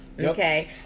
Okay